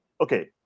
Okay